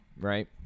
right